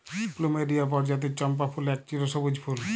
plumeria পরজাতির চম্পা ফুল এক চিরসব্যুজ ফুল